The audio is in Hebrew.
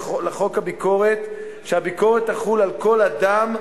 לחוק הביקורת קובע שהביקורת תחול על כל אדם,